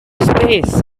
space